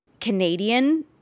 canadian